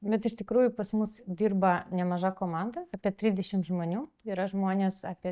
bet iš tikrųjų pas mus dirba nemaža komanda apie trisdešim žmonių yra žmonės apie